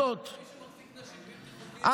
עד עשר שנות מאסר,